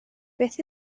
beth